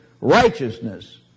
righteousness